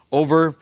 over